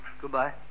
Goodbye